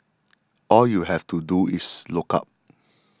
all you have to do is look up